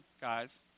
guys